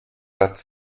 pâtes